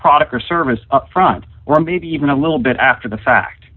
product or service upfront or maybe even a little bit after the fact